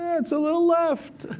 that's a little left,